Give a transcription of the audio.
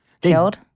killed